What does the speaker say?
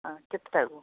ଆଁ କେତେଟାକୁ